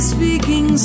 Speaking